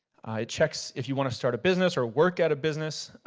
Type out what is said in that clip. it checks if you wanna start a business or work at a business,